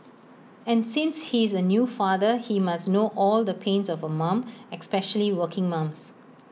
and since he's A new father he must know all the pains of A mum especially working mums